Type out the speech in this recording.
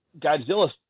Godzilla